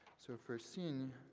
so for signe,